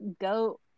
go